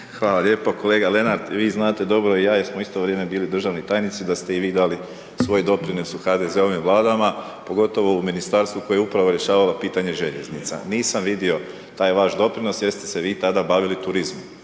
Hvala lijepa. Kolega Lenart vi znate dobro i ja jer smo u isto vrijeme bili državni tajnici da ste i vi dali svoj doprinos u HDZ-ovim Vladama pogotovo u ministarstvu koje je upravo rješavalo pitanje željeznica. Nisam vidio taj vaš doprinos jer ste se vi tada bavili turizmom